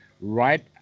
right